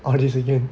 all these again